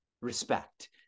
Respect